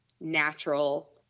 natural